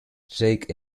shake